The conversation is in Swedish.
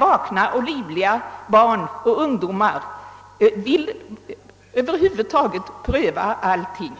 vakna barn och ungdomar vill pröva allting.